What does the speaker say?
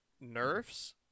nerfs